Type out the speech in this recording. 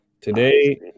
Today